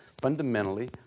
fundamentally